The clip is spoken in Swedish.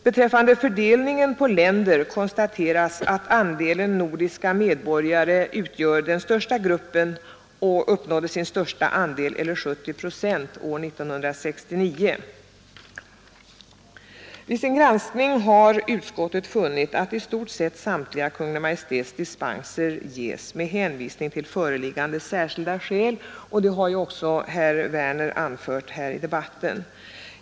Beträffande fördelningen på länder konstateras att andelen nordiska medborgare utgör den största gruppen och uppnådde sin största andel eller 70 procent år 1969. Kungl. Maj:t beslutar i ärenden som tidigare här anförts. Vid sin granskning har utskottet funnit att i stort sett samtliga Kungl. Maj:ts dispenser ges med hänvisning till föreliggande ”särskilda skäl”, och det har även anförts här av herr Werner.